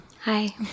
Hi